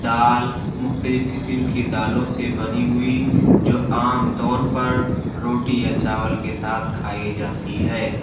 دال مختلف قسم کی دالوں سے بنی ہوئی جو عام طور پر روٹی یا چاول کے ساتھ کھائی جاتی ہے